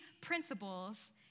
principles